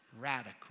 radical